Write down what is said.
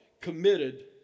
committed